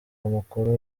mukuru